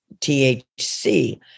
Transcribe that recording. THC